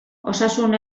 osasun